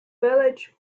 village